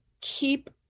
keep